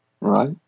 Right